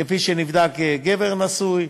כפי שנבדק גבר נשוי.